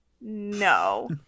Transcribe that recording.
no